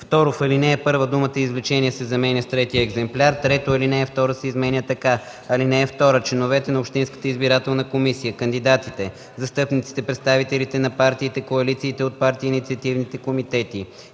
2. В ал. 1 думата „Извлечение” се заменя с „Третият екземпляр”. 3. Алинея 2 се изменя така: „(2) Членовете на общинската избирателна комисия, кандидатите, застъпниците, представителите на партиите, коалициите от партии и инициативните комитети